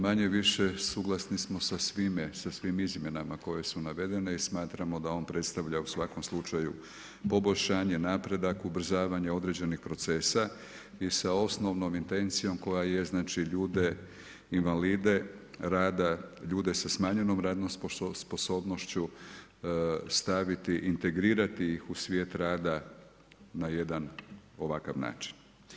Manje-više suglasni smo sa svime, sa svim izmjenama koje su navedene i smatramo da on predstavlja u svakom slučaju poboljšanje, napredak, ubrzavanje određenih procesa i sa osnovnom intencijom koja je znači ljude, invalide rada, ljude sa smanjenom radnom sposobnošću staviti, integrirati ih u svijet rada na jedan ovakav način.